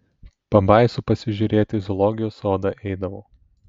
pabaisų pasižiūrėti į zoologijos sodą eidavau